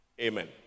Amen